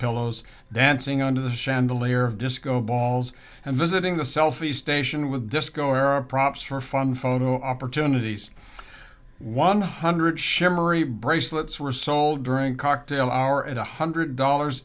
pillows dancing under the chandelier of disco balls and visiting the selfie station with disco era props for fun photo opportunities one hundred shimmery bracelets were sold during cocktail hour at one hundred dollars